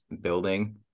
Building